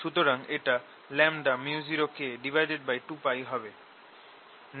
সুতরাং এটা µ0K2π হবে